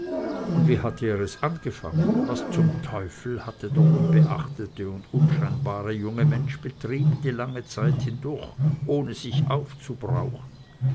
und wie hatte er es angefangen was zum teufel hatte der unbeachtete und unscheinbare junge mensch betrieben die lange jugend hindurch ohne sich aufzubrauchen